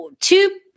two